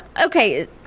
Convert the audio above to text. okay